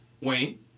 wayne